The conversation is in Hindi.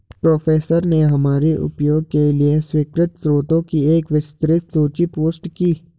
प्रोफेसर ने हमारे उपयोग के लिए स्वीकृत स्रोतों की एक विस्तृत सूची पोस्ट की